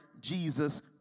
Jesus